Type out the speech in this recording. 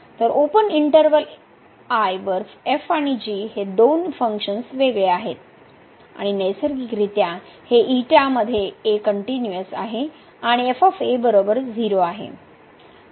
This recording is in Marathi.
तर ओपन इंटरव्हल I वर f आणि g हे दोन फंक्शन्स वेगळे आहेत आणि नैसर्गिकरित्या हे मध्ये कनट्युनिअस आहे आणि 0 आहे